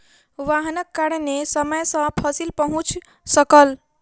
वाहनक कारणेँ समय सॅ फसिल पहुँच सकल